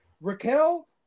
Raquel